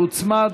שהוצמד.